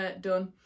done